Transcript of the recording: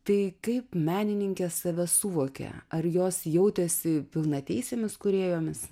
tai kaip menininkės save suvokia ar jos jautėsi pilnateisėmis kūrėjomis